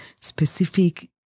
specific